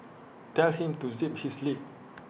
tell him to zip his lip